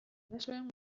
gurasoen